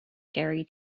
gary